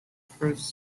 fruits